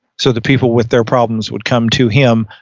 so the people with their problems would come to him,